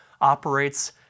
operates